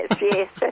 Yes